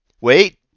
Wait